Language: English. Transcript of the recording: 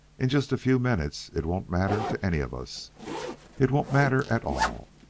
in just a few minutes it won't matter to any of us it won't matter at all.